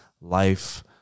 life